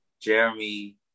jeremy